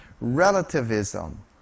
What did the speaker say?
relativism